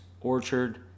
Orchard